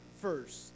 first